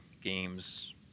games